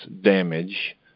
damage